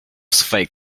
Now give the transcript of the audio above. swej